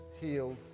healed